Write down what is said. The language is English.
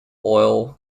oil